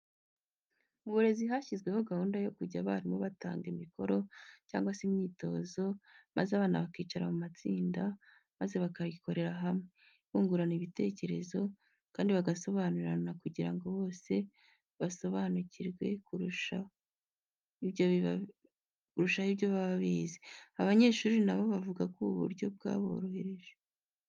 Mu burezi hashyizweho gahunda yo kujya abarimu batanga imikoro cyangwa se imyitozo maze abana bakicara mu matsinda maze bakayikorera hamwe, bungurana ibitecyerezo kandi bagasobanurirana kugira ngo bose basobanukirwe kurushaho ibyo baba bize. Abanyeshuri na bo bavuga ko ubu buryo bwaborohereje.